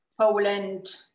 Poland